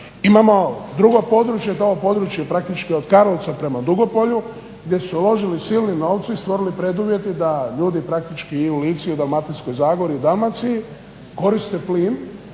Imamo drugo područje kao područje praktički od Karlovca prema Dugopolju gdje su se uložili silni novci, stvorili preduvjeti da ljudi praktički i u Lici i u Dalmatinskoj Zagori i Dalmaciji koriste plin.